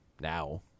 now